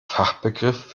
fachbegriff